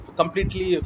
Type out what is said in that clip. completely